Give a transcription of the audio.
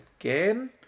again